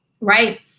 right